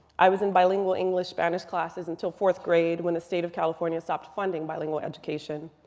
i was in bilingual english spanish classes until fourth grade when the state of california stopped funding bilingual education.